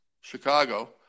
Chicago